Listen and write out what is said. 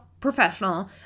Professional